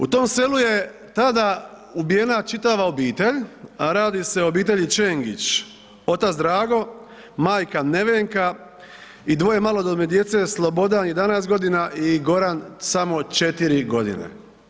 U tom selu je tada ubijena čitava obitelj, a radi se o obitelji Čengić, otac Drago, majka Nevenka i dvoje malodobne djece Slobodan 11 godina i Goran samo 4 godine.